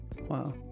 Wow